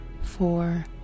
four